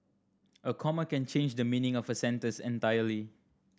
a comma can change the meaning of a sentence entirely